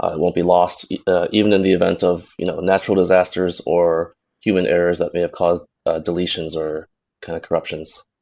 ah it won't be lost even in the events of you know natural disasters or human errors that may have caused deletions or kind of corruptions.